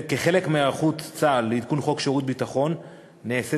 כחלק מהיערכות צה"ל לעדכון חוק שירות ביטחון נעשית